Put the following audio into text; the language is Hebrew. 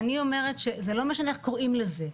לא משנה איך קוראים לזה,